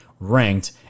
ranked